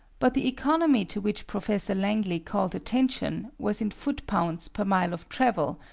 but the economy to which professor langley called attention was in foot-pounds per mile of travel,